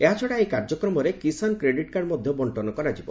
ଏହାଛଡ଼ା ଏହି କାର୍ଯ୍ୟକ୍ରମରେ କିଷାନ୍ କ୍ରେଡିଟ୍ କାର୍ଡ଼ ମଧ୍ୟ ବର୍ଷନ କରାଯିବ